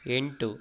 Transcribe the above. ಎಂಟು